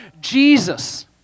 Jesus